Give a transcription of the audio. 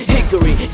Hickory